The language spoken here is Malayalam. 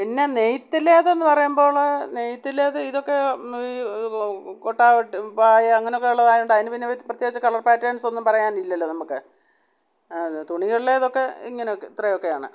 പിന്നെ നെയ്ത്തിലേതെന്ന് പറയുമ്പോൾ നെയ്ത്തിലേത് ഇതൊക്കെ കുട്ട പായ അങ്ങനെയൊക്കെ ഉള്ളതായതുകൊണ്ട് അതിന് പിന്നെ പ്രത്യേകിച്ച് കളർ പാറ്റേൺസ് ഒന്നും പറയാനില്ലല്ലൊ നമുക്ക് തുണികളിലേതൊക്കെ ഇങ്ങനെയൊക്കെ ഇത്രയൊക്കെയാണ്